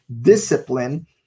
discipline